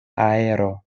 aero